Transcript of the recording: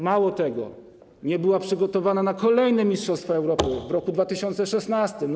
Mało tego, nie była przygotowana na kolejne mistrzostwa Europy w roku 2016.